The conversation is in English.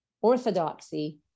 orthodoxy